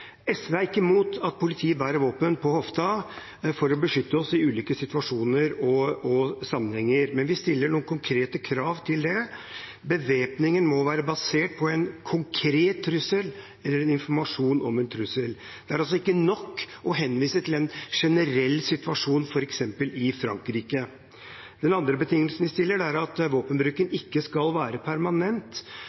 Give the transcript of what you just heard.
SV er ikke mot at politiet bærer våpen på hofta for å beskytte oss i ulike situasjoner og sammenhenger, men vi stiller noen konkrete krav til det. Bevæpningen må være basert på en konkret trussel eller en informasjon om en trussel. Det er altså ikke nok å henvise til en generell situasjon f.eks. i Frankrike. Den andre betingelsen vi stiller, er at våpenbruken ikke skal være permanent.